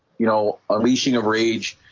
you know unleashing of rage